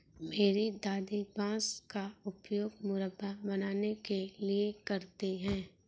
मेरी दादी बांस का उपयोग मुरब्बा बनाने के लिए करती हैं